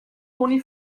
toni